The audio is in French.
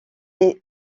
les